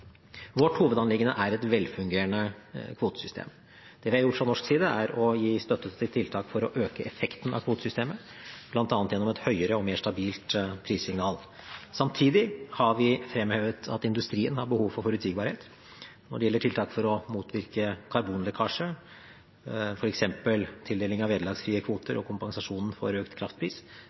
Vårt hovedanliggende er et velfungerende kvotesystem. Det vi har gjort fra norsk side, er å gi støtte til tiltak for å øke effekten av kvotesystemet, bl.a. gjennom et høyere og mer stabilt prissignal. Samtidig har vi fremhevet at industrien har behov for forutsigbarhet. Når det gjelder tiltak for å motvirke karbonlekkasje, f.eks. tildeling av vederlagsfrie kvoter og kompensasjon for økt kraftpris,